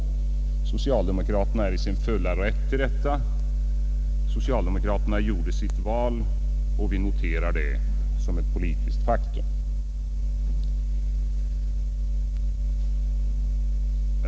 Socialdemokraterna är i sin fulla rätt till detta. De gjorde sitt val, och vi noterade det som ett politiskt faktum.